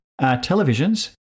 televisions